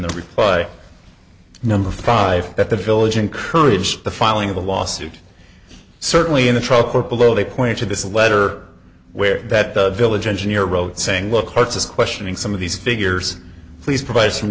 the reply number five that the village encouraged the filing of the lawsuit certainly in the trial court below they point to this letter where that the village engineer wrote saying look hart's is questioning some of these figures please provide some